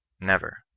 never,